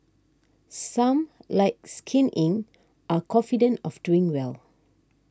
some like Skin Inc are confident of doing well